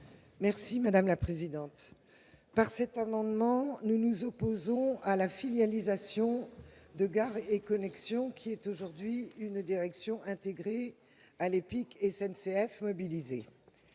Christine Prunaud. Par cet amendement, nous nous opposons à la filialisation de Gares & Connexions, qui est aujourd'hui une direction intégrée à l'EPIC SNCF Mobilités.